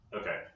Okay